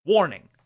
Warning